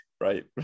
right